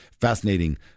fascinating